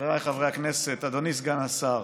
חבריי חברי הכנסת, אדוני סגן השר,